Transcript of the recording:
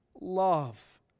love